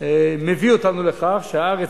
מביא אותנו לכך שהארץ,